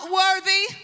worthy